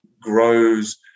grows